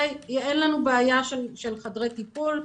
אין לנו בעיה של חדרי טיפול.